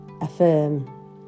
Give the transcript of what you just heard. Affirm